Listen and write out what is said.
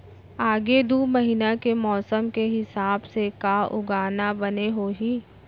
आगे दू महीना के मौसम के हिसाब से का उगाना बने होही?